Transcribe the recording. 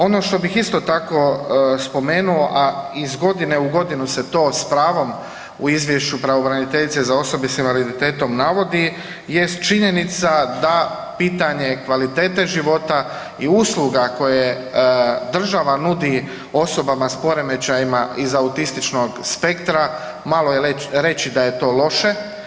Ono što bih isto tako spomenuo, a iz godine u godinu se to s pravom u izvješću pravobraniteljice za osobe s invaliditetom navodi jest činjenica da pitanje kvalitete života i usluga koje država nudi osobama s poremećaja iz autističnog spektra malo je reći da je to loše.